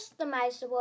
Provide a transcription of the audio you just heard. customizable